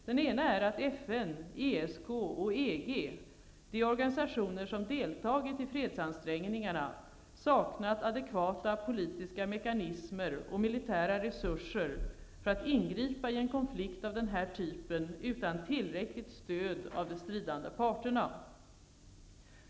Den ena är att FN, ESK och EG -- de organisationer som deltagit i fredsansträngningarna -- saknat adekvata politiska mekanismer och militära resurser för att ingripa i en konflikt av den här typen utan tillräckligt stöd av de stridande parterna.